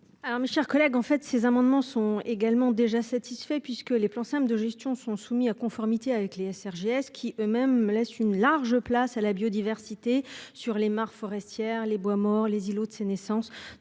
mes chers collègues, en fait ces amendements sont également déjà satisfait puisque les plans de gestion sont soumis à conformité avec Les SRG S qui eux-mêmes laisse une large place à la biodiversité. Sur les mares forestières les bois mort les îlots de naissance